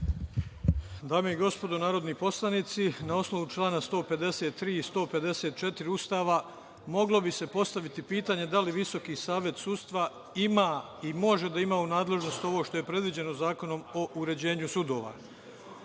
Dame i gospodo narodni poslanici, na osnovu člana 153. i 154. Ustava moglo bi se postaviti pitanje da li Visoki savet sudstva ima i može da ima u nadležnosti ovo što je predviđeno Zakonom o uređenju sudova. Ali,